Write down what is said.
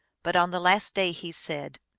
but on the last day he said,